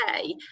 okay